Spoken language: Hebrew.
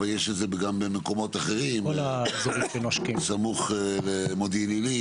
אבל יש את זה גם במקומות אחרים סמוך למודיעין עילית,